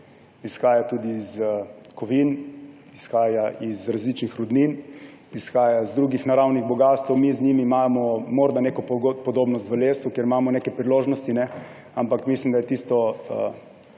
izhaja tudi iz kovin, izhaja iz različnih rudnin, izhaja iz drugih naravnih bogastev. Mi imamo z njimi morda neko podobnost v lesu, kjer imamo neke priložnosti, ampak mislim, da je tisto,